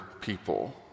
people